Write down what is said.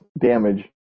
damage